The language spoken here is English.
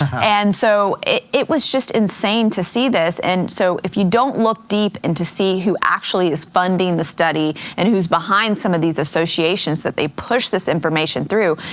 and so it it was just insane to see this, and so if you don't look deep into she who actually is funding the study, and who's behind some of these associations that they push this information through.